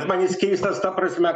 man jis keistas ta prasme